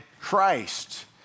Christ